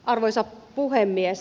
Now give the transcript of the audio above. arvoisa puhemies